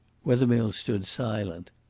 wethermill stood silent.